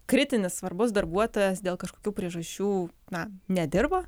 kritinis svarbus darbuotojas dėl kažkokių priežasčių na nedirba